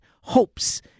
hopes